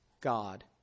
God